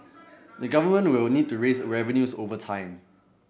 the Government will need to raise revenues over time